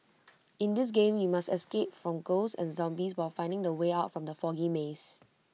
in this game you must escape from ghosts and zombies while finding the way out from the foggy maze